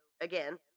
again